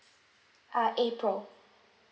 ah april